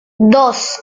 dos